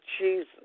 Jesus